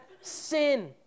sin